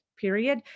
period